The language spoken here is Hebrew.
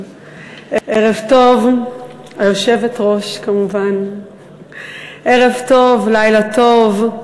ערב טוב, ערב טוב, לילה טוב.